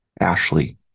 Ashley